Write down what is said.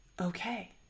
okay